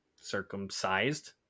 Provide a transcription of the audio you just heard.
circumcised